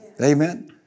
Amen